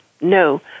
No